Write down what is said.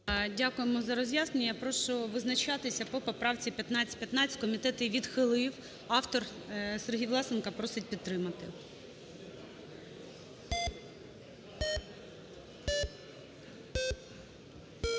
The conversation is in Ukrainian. Дякуємо за роз'яснення. Прошу визначатися по поправці 1515. Комітет її відхилив. Автор Сергій Власенко просить підтримати.